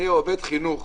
אני עובד חינוך,